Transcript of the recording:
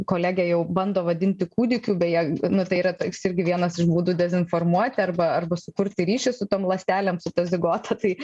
kolegė jau bando vadinti kūdikiu beje nu tai yra toks irgi vienas iš būdų dezinformuoti arba arba sukurti ryšį su tom ląstelėm su ta zigota tai